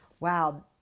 wow